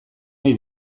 ohi